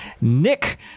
nick